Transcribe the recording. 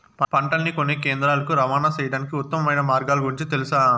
పంటలని కొనే కేంద్రాలు కు రవాణా సేయడానికి ఉత్తమమైన మార్గాల గురించి తెలుసా?